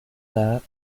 that